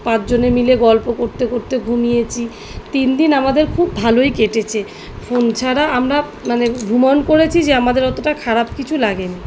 পাঁচজনে মিলে গল্প করতে করতে ঘুমিয়েছি তিন দিন আমাদের খুব ভালোই কেটেছে ফোন ছাড়া আমরা মানে ভ্রমণ করেছি যে আমাদের অতোটা খারাপ কিছু লাগে নি